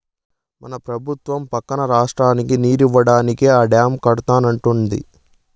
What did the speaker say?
మన పెబుత్వం పక్క రాష్ట్రానికి నీరియ్యడానికే ఆ డాము కడతానంటాంది